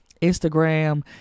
Instagram